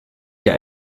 hier